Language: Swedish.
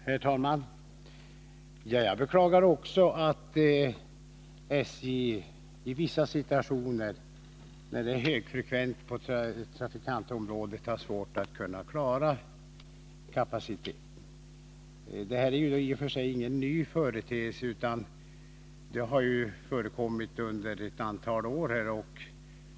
Herr talman! Jag beklagar också att SJ i vissa situationer — när det är högfrekvent på trafikantområdet — har svårt att klara kapaciteten. Det är i och för sig ingen ny företeelse, utan detta har förekommit under ett antal år.